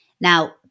Now